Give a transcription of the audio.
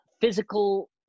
physical